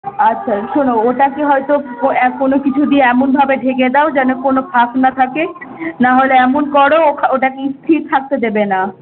আচ্ছা শোনো ওটাকে হয়তো কোনো কিছু দিয়ে এমনভাবে ঢেকে দাও যেন কোনো ফাঁক না থাকে না হলে এমন করো ওখা ওটাকে স্থির থাকতে দেবে না